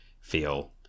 feel